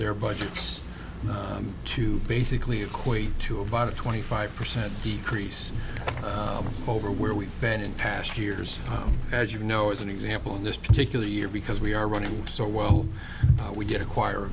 their budgets to basically equate to about a twenty five percent decrease over where we've been in past years as you know as an example in this particular year because we are running so well we did acquire a